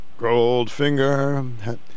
Goldfinger